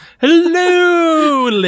Hello